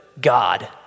God